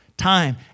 Time